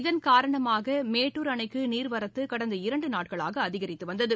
இதன் காரணமாக மேட்டுர் அணைக்குநீாவரத்துகடந்த இரண்டுநாட்களாகஅதிகரித்துவந்தது